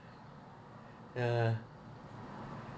uh